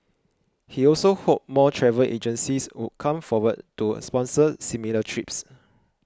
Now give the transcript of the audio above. he also hoped more travel agencies would come forward to sponsor similar trips